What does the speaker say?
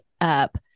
up